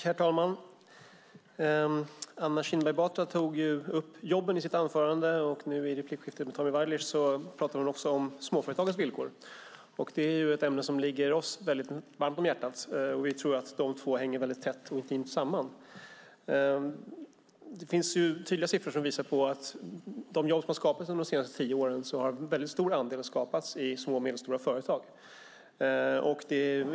Herr talman! Anna Kinberg Batra tog upp jobben i sitt anförande, och i replikskiftet med Tommy Waidelich talade hon om småföretagens villkor. Det är ett ämne som ligger oss varmt om hjärtat. Vi tror att dessa två hänger tätt och intimt samman. Det finns tydliga siffror som visar att en stor andel av de jobb som har skapats under de senaste tio åren har skapats i små och medelstora företag.